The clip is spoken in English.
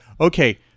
okay